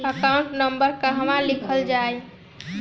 Account number कहवा लिखल जाइ?